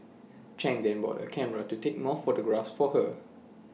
chang then bought A camera to take more photographs for her